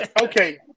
okay